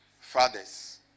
fathers